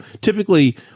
typically